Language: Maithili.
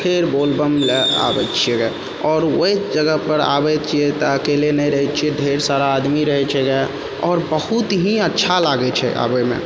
फिर बोलबम लए आबै छियै आओर ओहि जगहपर आबैत छियै तऽ अकेले नहि रहै छियै ढ़ेर सारा आदमी रहे छै आओर बहुत ही अच्छा लागै छै आबैमे